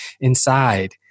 inside